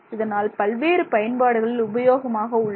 இதனால் பல்வேறு பயன்பாடுகளில் உபயோகமாக உள்ளது